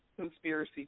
conspiracy